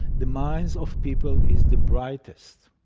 the minds of people is the brightest.